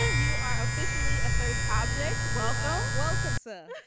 ah you are officially a first object. welcome. welcome sir.